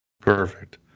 Perfect